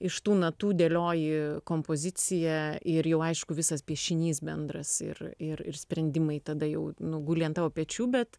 iš tų natų dėlioji kompoziciją ir jau aišku visas piešinys bendras ir ir sprendimai tada jau nu guli ant tavo pečių bet